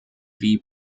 wie